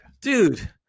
dude